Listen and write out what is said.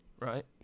Right